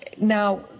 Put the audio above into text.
Now